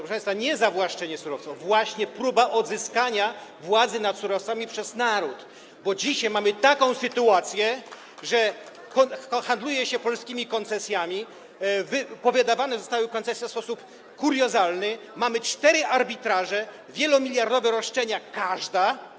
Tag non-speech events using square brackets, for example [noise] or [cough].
Proszę państwa, nie zawłaszczenie surowców, właśnie próba odzyskania władzy nad surowcami przez naród, [applause] bo dzisiaj mamy taką sytuację, że handluje się polskimi koncesjami, powydawane zostały koncesje w sposób kuriozalny, mamy cztery arbitraże, każdy dotyczący wielomiliardowych roszczeń.